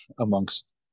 amongst